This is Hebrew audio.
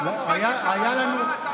שר המורשת,